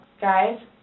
Guys